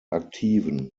aktiven